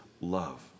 love